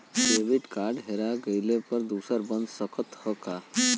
Debit card हेरा जइले पर दूसर बन सकत ह का?